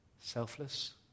Selfless